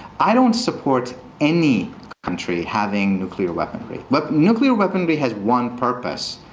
i don't support any country having nuclear weaponry. but nuclear weaponry has one purpose,